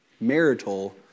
Marital